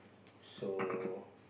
so